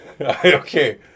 okay